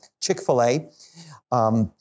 Chick-fil-A